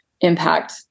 impact